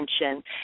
attention